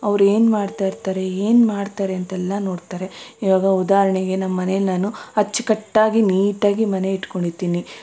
ಅವ್ರು ಏನು ಮಾಡ್ತಾ ಇರ್ತಾರೆ ಏನು ಮಾಡ್ತಾರೆ ಅಂತೆಲ್ಲ ನೋಡ್ತಾರೆ ಇವಾಗ ಉದಾಹರಣೆಗೆ ನಮ್ಮ ಮನೇಲಿ ನಾನು ಅಚ್ಚುಕಟ್ಟಾಗಿ ನೀಟಾಗಿ ಮನೆ ಇಟ್ಕೊಂಡಿರ್ತೀನಿ